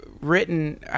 written